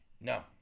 no